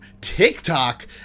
TikTok